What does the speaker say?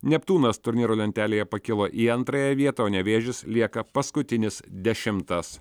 neptūnas turnyro lentelėje pakilo į antrąją vietą o nevėžis lieka paskutinis dešimtas